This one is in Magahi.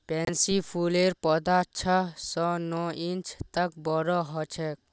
पैन्सी फूलेर पौधा छह स नौ इंच तक बोरो ह छेक